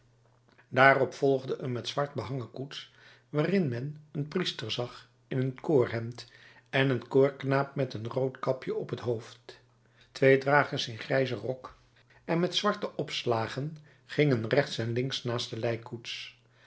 daarop volgde een met zwart behangen koets waarin men een priester zag in koorhemd en een koorknaap met een rood kapje op het hoofd twee dragers in grijzen rok met zwarte opslagen gingen rechts en links naast